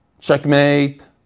Checkmate